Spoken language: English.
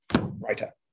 writer